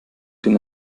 den